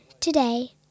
Today